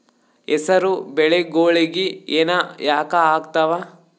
ಹೆಸರು ಬೆಳಿಗೋಳಿಗಿ ಹೆನ ಯಾಕ ಆಗ್ತಾವ?